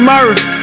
Murph